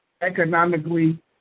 economically